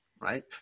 right